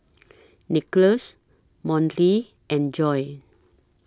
Nicholas Monty and Joi